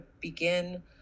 begin